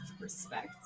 Respect